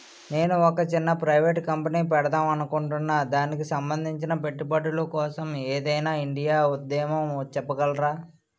నేను ఒక చిన్న ప్రైవేట్ కంపెనీ పెడదాం అనుకుంటున్నా దానికి సంబందించిన పెట్టుబడులు కోసం ఏదైనా ఐడియా ఉందేమో చెప్పగలరా?